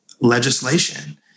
legislation